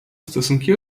stosunki